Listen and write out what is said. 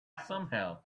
somehow